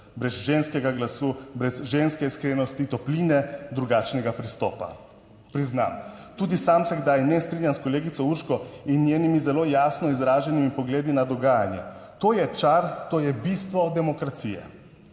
brez ženskega glasu, brez ženske iskrenosti, topline, drugačnega pristopa. Priznam, tudi sam se kdaj ne strinjam s kolegico Urško in njenimi zelo jasno izraženimi pogledi na dogajanje. To je čar, to je bistvo demokracije.